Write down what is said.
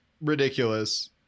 ridiculous